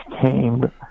came